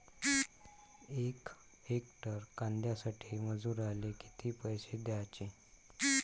यक हेक्टर कांद्यासाठी मजूराले किती पैसे द्याचे?